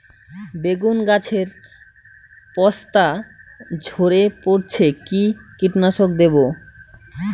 বেগুন গাছের পস্তা ঝরে পড়ছে কি কীটনাশক দেব?